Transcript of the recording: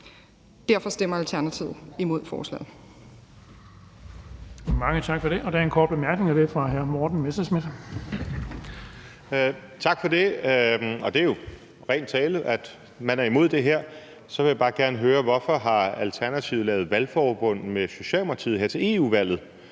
Derfor stemmer Alternativet imod forslaget.